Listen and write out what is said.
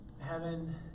Heaven